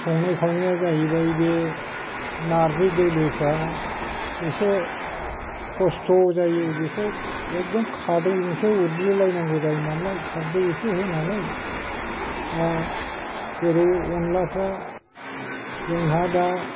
संनाय खावनाया जाहैबाय बे नारजि दोलोफ्रा एसे खस्थ' जायो बेखौ एकदम खादौजोंसो उरग्लिलायनांगौ जायो नालाय खारदै एसे होनानै दा जेरै अनलाफ्रा जोंहा दा